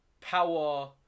power